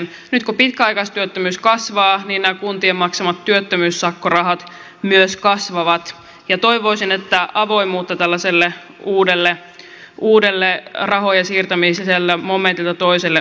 nyt kun pitkäaikaistyöttömyys kasvaa niin nämä kuntien maksamat työttömyyssakkorahat myös kasvavat ja toivoisin että avoimuutta tällaiselle uudelle rahojen siirtämiselle momentilta toiselle olisi